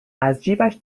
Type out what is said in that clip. ازجیبش